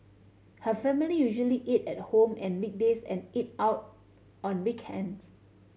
her family usually eat at home on weekdays and eat out on weekends